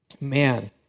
Man